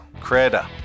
creator